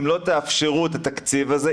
אם לא תאפשרו את התקציב הזה,